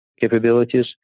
capabilities